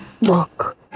look